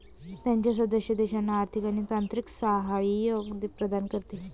त्याच्या सदस्य देशांना आर्थिक आणि तांत्रिक सहाय्य प्रदान करते